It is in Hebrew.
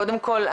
קודם כל,